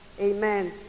Amen